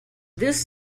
this